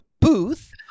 booth